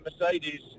Mercedes